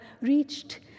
reached